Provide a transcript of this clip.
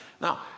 Now